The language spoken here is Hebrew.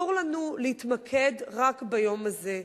אסור לנו להתמקד רק ביום הזה,